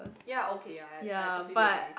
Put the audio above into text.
ya okay ya I I completely agree